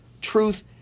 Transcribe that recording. truth